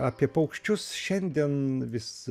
apie paukščius šiandien vis